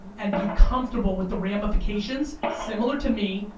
and be comfortable with the ramifications, similar to me,